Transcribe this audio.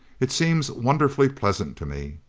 it seems wonderfully pleasant to me.